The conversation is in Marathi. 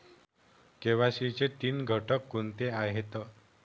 के.वाय.सी चे तीन घटक कोणते आहेत?